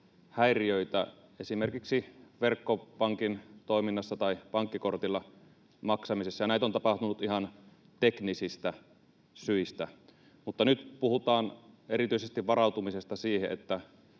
esimerkiksi verkkopankin toiminnassa tai pankkikortilla maksamisessa, ja näitä on tapahtunut ihan teknisistä syistä. Mutta nyt puhutaan erityisesti varautumisesta siihen,